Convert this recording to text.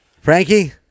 Frankie